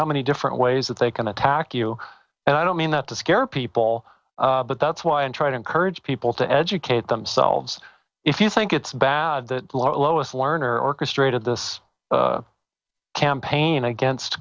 how many different ways that they can attack you and i don't mean that to scare people but that's why i try to encourage people to educate themselves if you think it's bad that lois lerner orchestrated this campaign against